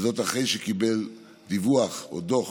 וזאת אחרי שקיבל דוח משוטר